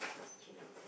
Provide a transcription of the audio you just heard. train off